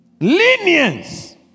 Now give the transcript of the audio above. Lenience